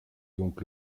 donc